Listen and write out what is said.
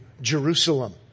Jerusalem